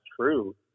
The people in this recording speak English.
true